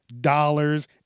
dollars